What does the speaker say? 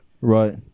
right